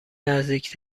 نزدیک